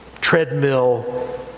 treadmill